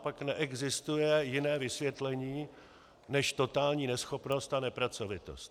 Pak neexistuje jiné vysvětlení než totální neschopnost a nepracovitost.